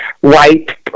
white